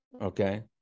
okay